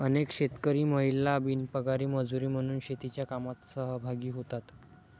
अनेक शेतकरी महिला बिनपगारी मजुरी म्हणून शेतीच्या कामात सहभागी होतात